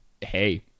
hey